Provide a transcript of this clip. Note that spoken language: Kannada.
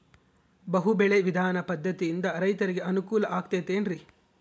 ಬಹು ಬೆಳೆ ವಿಧಾನ ಪದ್ಧತಿಯಿಂದ ರೈತರಿಗೆ ಅನುಕೂಲ ಆಗತೈತೇನ್ರಿ?